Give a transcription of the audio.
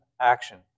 action